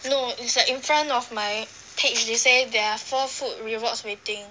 no it's like in front of my page they say there are four food rewards waiting